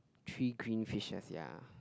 three green fishers ya